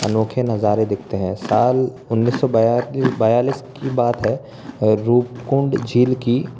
अनोखे नजारे दिखते हैं साल उन्नीस सौ बयालिस बयालिस की बात है रूपकुंड झील की